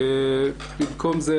במקום זה,